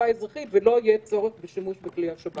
קצובים ובצורה כל כך אינטנסיבית.